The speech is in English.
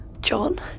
John